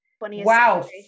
Wow